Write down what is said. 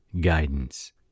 Guidance